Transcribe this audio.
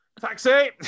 taxi